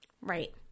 Right